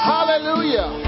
Hallelujah